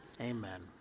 amen